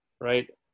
right